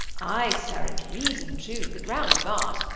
ay, sir, and reason too, the ground of art.